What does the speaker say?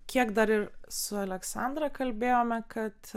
kiek dar ir su aleksandra kalbėjome kad